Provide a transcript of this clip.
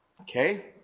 Okay